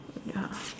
ya